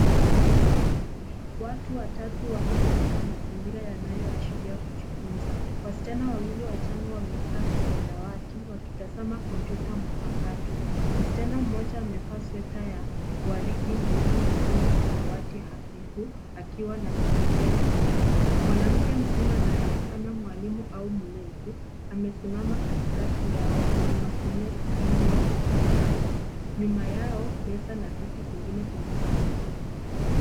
Watu watatu wako katika mazingira yanayoashiria kujifunza. Wasichana wawili wachanga wamekaa kwenye dawati wakitazama kompyuta mpakato. Msichana mmoja amevaa sweta ya waridi na yule mwingine samawati hafifu, akiwa na vipokea sauti. Mwanamke mzima anayeonekana mwalimu au mlezi amesimama katikati yao akimakinia skrini ya kifaa hicho. Nyuma yao, meza na viti vingine vimetambuliwa.